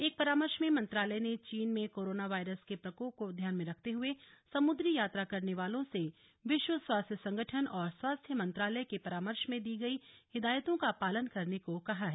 एक परामर्श में मंत्रालय ने चीन में कोरोना वायरस के प्रकोप को ध्यान में रखते हुए समुद्री यात्रा करने वालों से विश्व स्वास्थ्य संगठन और स्वास्थ्य मंत्रालय के परामर्श में दी गई हिदायतों का पालन करने को कहा है